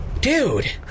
Dude